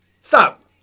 Stop